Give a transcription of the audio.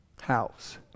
house